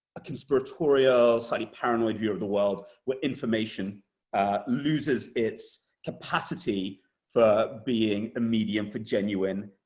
a conspiratorial, slightly paranoid view of the world where information loses its capacity for being a medium for genuine,